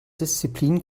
disziplin